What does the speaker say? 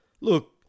look